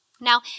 Now